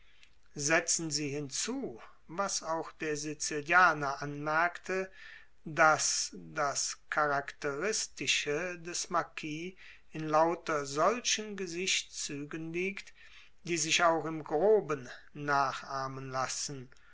setzen sie hinzu was auch der sizilianer anmerkte daß das charakteristische des marquis in lauter solchen gesichtszügen liegt die sich auch im groben nachahmen lassen